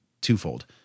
twofold